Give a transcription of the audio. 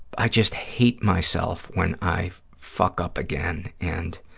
i just hate myself when i fuck up again and,